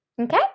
okay